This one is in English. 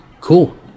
cool